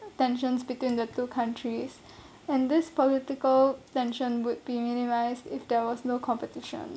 tensions between the two countries and this political tension would be minimised if there was no competition